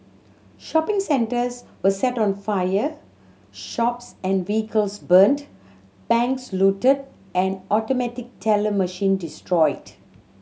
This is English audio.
shopping centres were set on fire shops and vehicles burnt banks looted and automatic teller machine destroyed